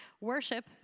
Worship